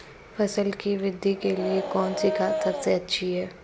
फसल की वृद्धि के लिए कौनसी खाद सबसे अच्छी है?